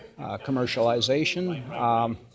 commercialization